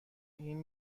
این